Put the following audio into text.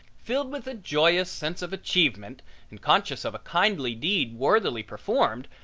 filled with a joyous sense of achievement and conscious of a kindly deed worthily performed,